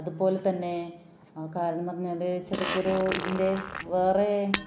അതുപോലെ തന്നെ കാരണം എന്ന് പറഞ്ഞാൽ ചക്കക്കുരു ഇതിന്റെ വേറെ